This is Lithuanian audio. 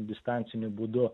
distanciniu būdu